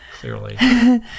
clearly